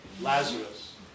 Lazarus